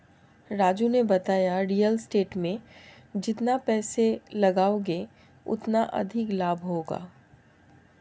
राजू ने बताया real estate में जितना पैसे लगाओगे उतना अधिक लाभ होगा